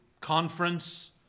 conference